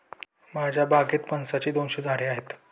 माझ्या बागेत फणसाची दोनशे झाडे आहेत